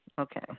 Okay